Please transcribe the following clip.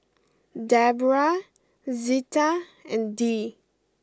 Deborah Zita and Dee